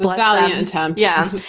but valiant attempt. yeah.